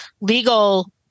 legal